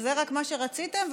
רק זה מה שרציתם,